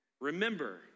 Remember